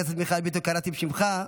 חבר הכנסת מיכאל ביטון, קראתי בשמך.